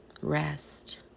Rest